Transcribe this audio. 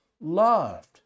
loved